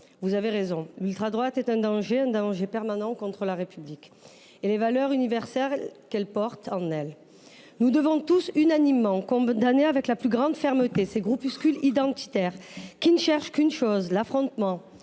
Vous avez raison, l’ultradroite est un danger, un danger permanent contre la République et les valeurs universelles qu’elle porte en elle. Nous devons tous, unanimement, condamner avec la plus grande fermeté ces groupuscules identitaires, qui ne cherchent qu’une chose : l’affrontement.